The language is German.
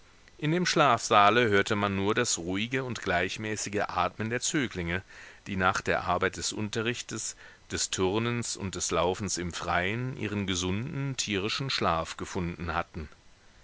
in dem schlafsaale hörte man nur das ruhige und gleichmäßige atmen der zöglinge die nach der arbeit des unterrichtes des turnens und des laufens im freien ihren gesunden tierischen schlaf gefunden hatten